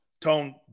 Tone